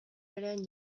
berean